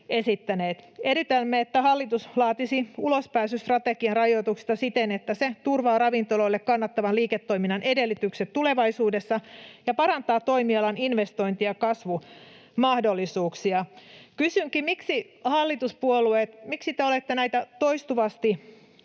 esittäneet. Edellytämme, että hallitus laatisi ulospääsystrategian rajoituksista siten, että se turvaa ravintoloille kannattavan liiketoiminnan edellytykset tulevaisuudessa ja parantaa toimialan investointi- ja kasvumahdollisuuksia. Kysynkin: miksi te hallituspuolueet olette näitä toistuvasti